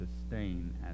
sustain